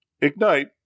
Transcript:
ignite